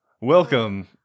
Welcome